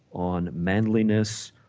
on manliness,